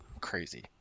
crazy